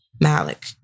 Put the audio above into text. Malik